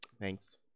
Thanks